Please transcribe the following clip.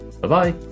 Bye-bye